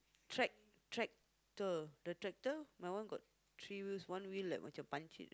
trac~ tractor the tractor my one got three wheels one wheel like macam punchek like that